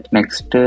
Next